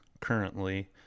currently